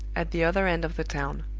at the other end of the town.